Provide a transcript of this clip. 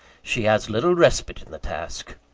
she has little respite in the task.